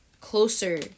closer